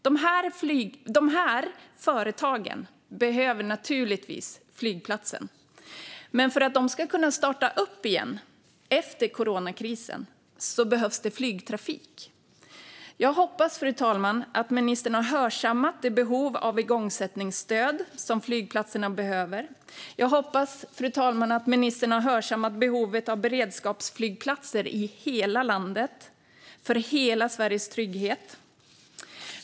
Dessa företag behöver naturligtvis flygplatsen, men för att den ska kunna starta upp igen efter coronakrisen behövs det flygtrafik. Jag hoppas, fru talman, att ministern har hörsammat det behov av igångsättningsstöd som flygplatserna har. Jag hoppas, fru talman, att ministern har hörsammat behovet av beredskapsflygplatser i hela landet, för hela Sveriges trygghet.